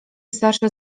starsze